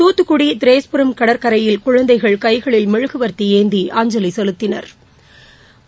துத்துக்குடிதிரேஸ்புரம் கடற்கரையில் குழந்தைகள் கைகளில் மெழுகுவாத்திஏந்தி அஞ்சலிசெலுத்தினா்